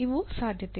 ಇವು ಸಾಧ್ಯತೆಗಳು